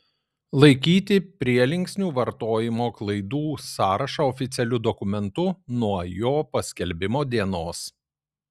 laikyti prielinksnių vartojimo klaidų sąrašą oficialiu dokumentu nuo jo paskelbimo dienos